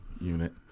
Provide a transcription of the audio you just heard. unit